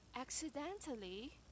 Accidentally